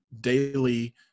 daily